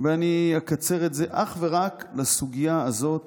ואני אקצר את זה אך ורק לסוגיה הזאת